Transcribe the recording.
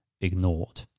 ignored